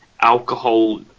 alcohol